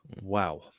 wow